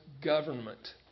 government